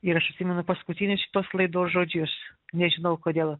ir aš atsimenu paskutinius šitos laidos žodžius nežinau kodėl